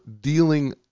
dealing